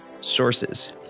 sources